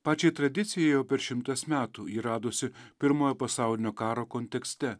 pačiai tradicijai jau per šimtas metų ji radosi pirmojo pasaulinio karo kontekste